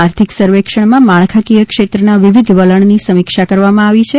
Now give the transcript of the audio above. આર્થિક સર્વેક્ષણમાં માળખાંકીય ક્ષેત્રનાં વિવિધ વલણની સમીક્ષા કરવામાં આવી છે